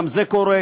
גם זה קורה,